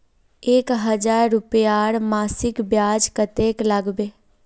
एक हजार रूपयार मासिक ब्याज कतेक लागबे?